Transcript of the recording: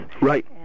right